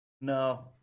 No